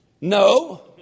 No